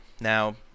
Now